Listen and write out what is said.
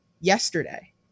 yesterday